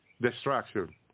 destruction